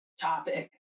topic